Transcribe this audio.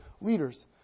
leaders